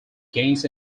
gains